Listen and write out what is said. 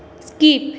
skip